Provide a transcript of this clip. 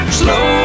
slow